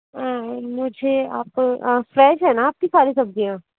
मुझे आप फ्रेश हैं न आपकी सारी सब्जियाँ